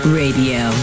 radio